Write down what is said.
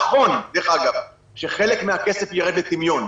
נכון, דרך אגב, שחלק מהכסף ירד לטמיון.